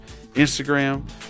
instagram